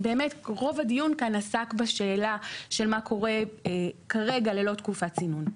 שבאמת רוב הדיון כאן עסק בשאלה של מה קורה כרגע ללא תקופת צינון.